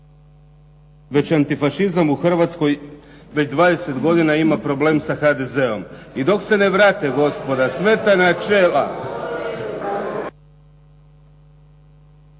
već antifašizam u Hrvatskoj već 20 godina ima problem sa HDZ-om. I dok se ne vrate gospodo sveta načela